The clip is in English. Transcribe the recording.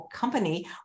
company